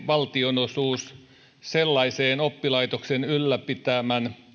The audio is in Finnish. valtionosuus sellaiseen oppilaitoksen ylläpitäjän